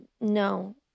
No